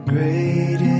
Great